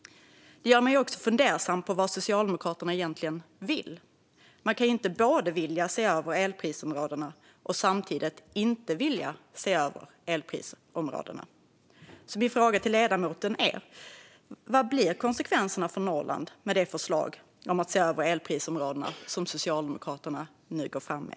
Det gör mig också fundersam över vad Socialdemokraterna egentligen vill. Man kan ju inte både vilja se över elprisområdena och samtidigt inte vilja se över elprisområdena. Min fråga till ledamoten är alltså vilka konsekvenserna blir för Norrland med det förslag om att se över elprisområdena som Socialdemokraterna nu går fram med.